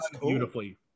beautifully